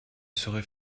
serait